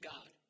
God